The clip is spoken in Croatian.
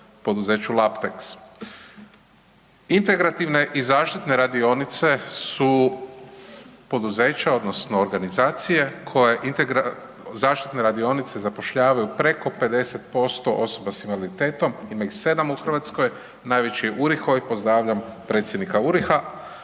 poduzeću Laptex. Integrativne i zaštite radionice su poduzeća odnosno organizacije, zaštitne radionice zapošljavaju preko 50% osoba sa invaliditetom, ima ih 7 u Hrvatskoj, najveći je Uriho, pozdravljam predsjednika Uriho-a,